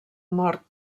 mort